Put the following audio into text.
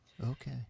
Okay